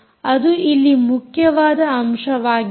ಇದು ಇಲ್ಲಿ ಮುಖ್ಯವಾದ ಅಂಶವಾಗಿದೆ